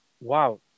Wow